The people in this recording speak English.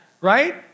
right